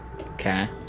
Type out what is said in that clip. Okay